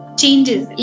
changes